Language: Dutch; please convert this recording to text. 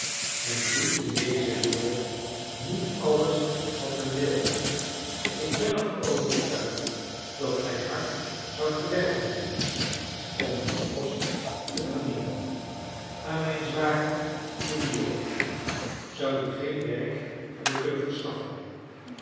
men doet in deze wereld niet alles wat men wil ik ben ervan overtuigd dat gij hard zoudt gewerkt hebben om uw kost te verdienen maar mijn zwager suriot zou u geen werk hebben kunnen verschaffen